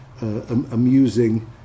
amusing